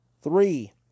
Three